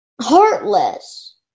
Heartless